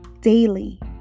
daily